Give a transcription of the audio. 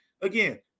again